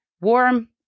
warm